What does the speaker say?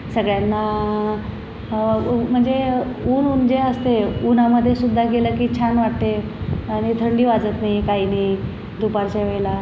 सगळ्यांना उ म्हणजे ऊन म्हणजे असते उन्हामधे सुद्धा गेलं की छान वाटते आणि थंडी वाजत नाही काही नाही दुपारच्या वेळेला